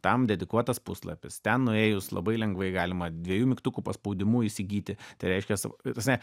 tam dedikuotas puslapis ten nuėjus labai lengvai galima dviejų mygtukų paspaudimu įsigyti tai reiškias ta prasme